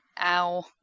Ow